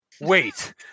Wait